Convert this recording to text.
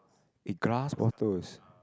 eh grass bottles